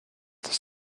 this